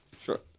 Sure